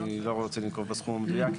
אני לא רוצה לנקוב בסכום המדויק,